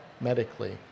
medically